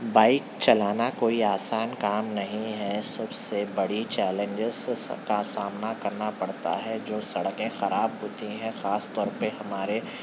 bike چلانا کوئی آسان کام نہیں ہے سب سے بڑی چیلنجزس کا سامنا کرنا پڑتا ہے جو سڑکیں خراب ہوتی ہیں خاص طور پہ ہمارے